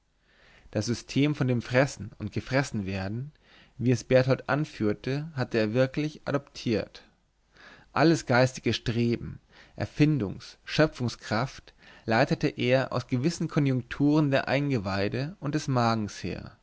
das system von dem fressen und gefressenwerden wie es berthold anführte hatte er wirklich adoptiert alles geistige streben erfindungsschöpfungskraft leitete er aus gewissen konjunkturen der eingeweide und des magens her